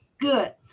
Good